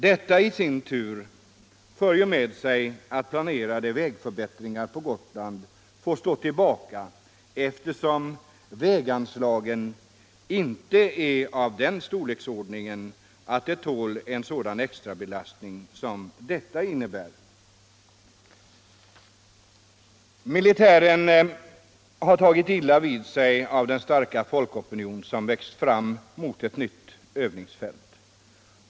Detta i sin tur för med sig att planerade vägförbättringar på Gotland får stå tillbaka, eftersom väganslagen inte är av den storleksordningen att de tål en sådan extra belastning som detta innebär. Militären har tagit illa vid sig av den starka folkopinion som vuxit fram mot ett nytt övningsfält.